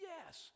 Yes